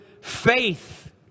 faith